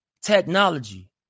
technology